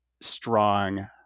strong